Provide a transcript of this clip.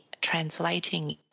translating